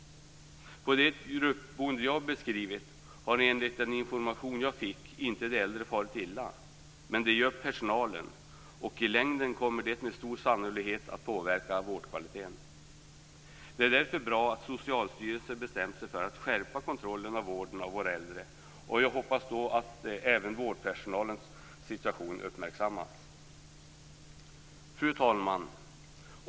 På det gruppboende som jag har beskrivit har enligt den information jag fått inte de äldre farit illa. Men personalen gör det, och i längden kommer det med stor sannolikhet att påverka vårdkvaliteten. Det är därför bra att Socialstyrelsen bestämt sig för att skärpa kontrollen av vården av våra äldre. Jag hoppas att även vårdpersonalens situation då uppmärksammas. Fru talman!